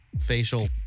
facial